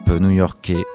new-yorkais